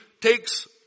takes